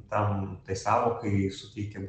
tam tai sąvokai suteikia